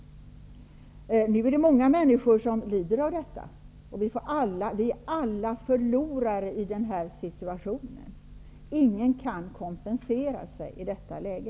Det är många människor som lider av detta. Vi är alla förlorare i den här situationen. Ingen kan kompensera sig i detta läge.